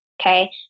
Okay